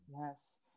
Yes